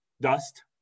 Dust